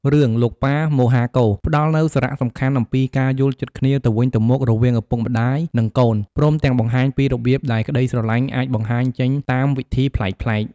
រឿង "លោកប៉ាមហាកូរ" ផ្តល់នូវសារៈសំខាន់អំពីការយល់ចិត្តគ្នាទៅវិញទៅមករវាងឪពុកម្តាយ និងកូន ព្រមទាំងបង្ហាញពីរបៀបដែលក្តីស្រឡាញ់អាចបង្ហាញចេញតាមវិធីប្លែកៗ។